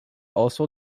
also